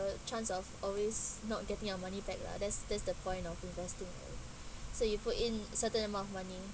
chance of always not getting your money back lah that's that's the point of investing right so you put in a certain amount of money